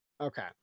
Okay